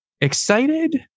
excited